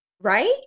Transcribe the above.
right